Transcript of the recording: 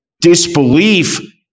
disbelief